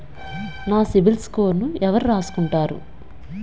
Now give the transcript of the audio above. నా సిబిల్ స్కోరును ఎవరు రాసుకుంటారు